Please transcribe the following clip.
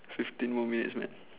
fifteen more minutes man